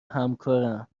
همکارم